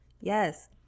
yes